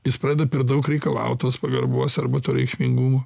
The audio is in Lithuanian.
jis pradeda per daug reikalaut tos pagarbos arba to reikšmingumo